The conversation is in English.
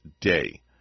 day